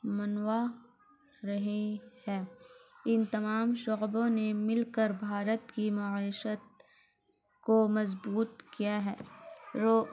منوا رہے ہے ان تمام شعبوں نے مل کر بھارت کی معیشت کو مضبوط کیا ہے رو